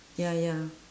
ya ya